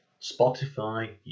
Spotify